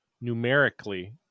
numerically